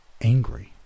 angry